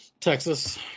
Texas